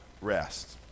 rest